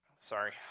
Sorry